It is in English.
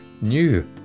new